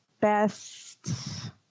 best